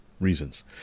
reasons